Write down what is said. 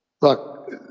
Look